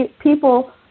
people